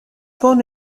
born